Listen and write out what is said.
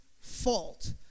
fault